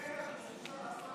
113 נרצחים.